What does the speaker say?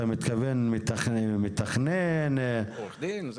אתה מתכוון מתכנן --- עורך דין,